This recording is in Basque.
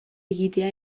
egitea